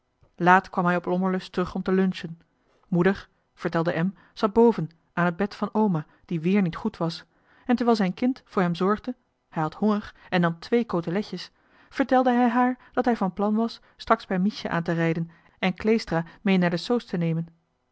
kwam hij op lommerlust terug om te lunchen moeder vertelde em zat boven aan het bed van o'ma die wéér niet goed was en terwijl zijn kind voor hem zorgde hij had honger en nam twéé coteletjes vertelde hij haar dat hij van plan was straks bij miesje aan te rijden en kleestra mee naar de soos te nemen